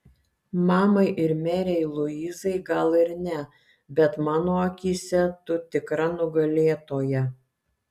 mamai ir merei luizai gal ir ne bet mano akyse tu tikra nugalėtoja